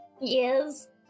Yes